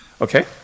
Okay